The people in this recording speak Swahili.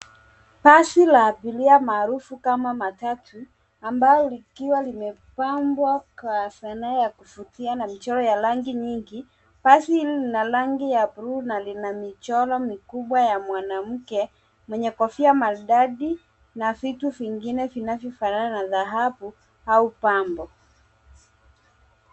Basi la abiria maarufu kama matatu ambalo likiwa limepambwa kwa sanaa ya kuvutia n mchoro ya rangi nyingi. Basi hili lina rangi ya buluu na lina michoro mikubwa ya mwanamke mwenye kofia maridadi na vitu vingine vinavyo fanana na dhahabu au pambo.